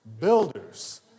builders